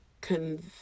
con